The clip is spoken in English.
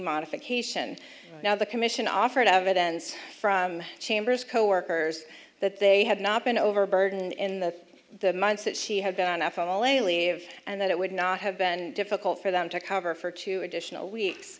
modification now the commissioner offered evidence from chambers coworkers that they had not been overburdened in the months that she had been after all a leave and that it would not have been difficult for them to cover for two additional weeks